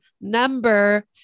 number